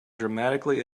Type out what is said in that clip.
dynamically